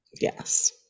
yes